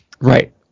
Right